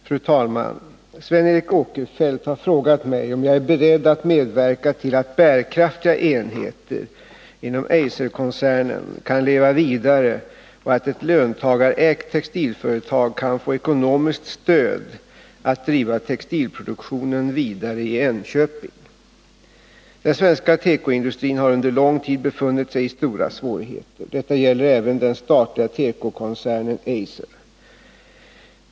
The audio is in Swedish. Fru talman! Sven Eric Åkerfeldt har frågat mig om jag är beredd att medverka till att bärkraftiga enheter inom Eiserkoncernen kan leva vidare och att ett löntagarägt textilföretag kan få ekonomiskt stöd att driva textilproduktionen vidare i Enköping. Den svenska tekoindustrin har under lång tid befunnit sig i stora svårigheter. Detta gäller även den statliga tekokoncernen Eiser.